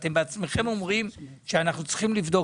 אתם בעצמכם אומרים שאנחנו צריכים לבדוק.